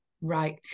Right